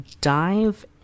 dive